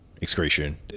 excretion